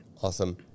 Awesome